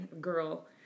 girl